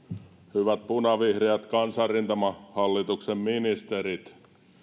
hyvät punavihreät kansanrintamahallituksen ministerit